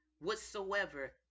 Whatsoever